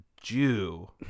Jew